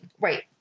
Right